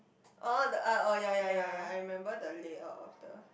orh the ah orh ya ya ya ya I remember the layout of the